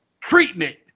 treatment